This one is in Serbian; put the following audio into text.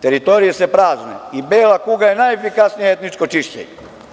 Teritorije se prazne i bela kuga je najefikasnije etničko čišćenje.